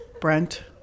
Brent